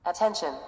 Attention